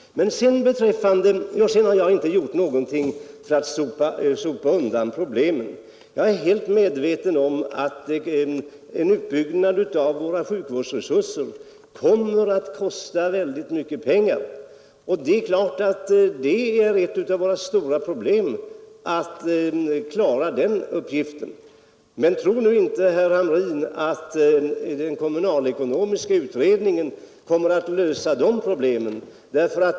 Jag har inte gjort någonting för att sopa undan problemen. Jag är helt medveten om att en utbyggnad av våra sjukvårdsresurser kommer att kosta mycket pengar. Att klara den uppgiften är ett av våra stora problem. Men tro nu inte, herr Hamrin, att den kommunalekonomiska utredningen kommer att lösa dessa problem.